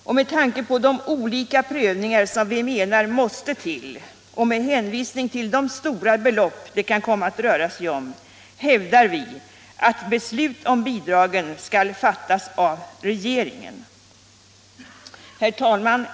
Och med tanke på de olika prövningar som vi menar måste till och med hänvisning till de stora belopp det kan komma att röra sig om hävdar vi att beslut om bidrag skall fattas av regeringen. Herr talman!